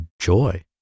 joy